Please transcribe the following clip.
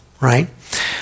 right